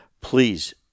Please